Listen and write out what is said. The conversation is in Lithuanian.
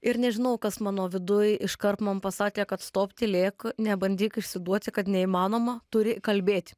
ir nežinau kas mano viduj iškart man pasakė kad stop tylėk nebandyk išsiduot kad neįmanoma turi įkalbėti